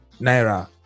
naira